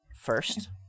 first